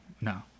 no